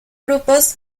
grupos